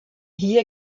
hie